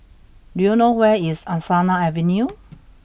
do you know where is Angsana Avenue